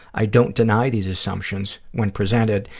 i don't deny these assumptions when presented,